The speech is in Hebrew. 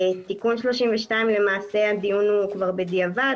בתיקון 32 למעשה הדיון הוא בדיעבד,